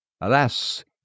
Alas